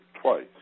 twice